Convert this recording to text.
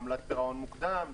עמלת פירעון מוקדם,